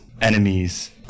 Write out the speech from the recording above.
enemies